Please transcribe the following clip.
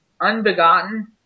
unbegotten